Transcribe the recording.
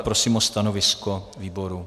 Prosím o stanovisko výboru.